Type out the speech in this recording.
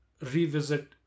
revisit